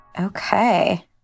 Okay